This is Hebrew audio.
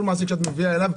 כל מעסיק שאת מגיעה אליו,